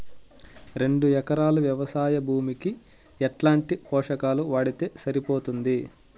రెండు ఎకరాలు వ్వవసాయ భూమికి ఎట్లాంటి పోషకాలు వాడితే సరిపోతుంది?